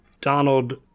Donald